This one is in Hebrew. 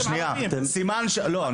לא,